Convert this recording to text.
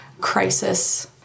crisis